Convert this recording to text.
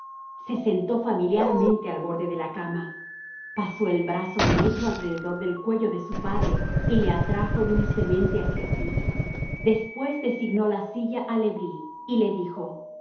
se sentó familiarmente al borde de la cama pasó el brazo derecho alrededor del cuello de su padre y le atrajo dulcemente hacia sí después designó la silla a le bris y le dijo